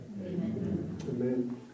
Amen